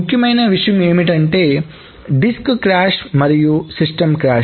ముఖ్యమైన విషయం ఏమిటంటే డిస్క్ క్రాష్ మరియు సిస్టం క్రాష్